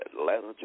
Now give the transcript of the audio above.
Atlanta